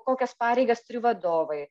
kokias pareigas turi vadovai